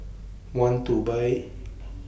want to Buy